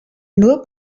nur